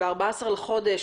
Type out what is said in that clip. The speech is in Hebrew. ב-14 לחודש,